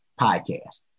podcast